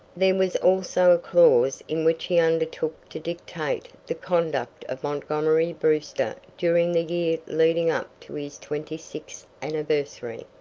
there was also a clause in which he undertook to dictate the conduct of montgomery brewster during the year leading up to his twenty-sixth anniversary.